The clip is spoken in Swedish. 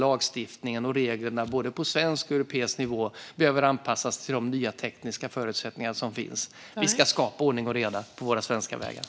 Lagstiftningen och reglerna på både svensk och europeisk nivå behöver då anpassas till de nya tekniska förutsättningar som finns. Vi ska skapa ordning och reda på de svenska vägarna.